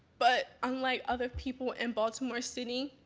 but unlike other people in baltimore city,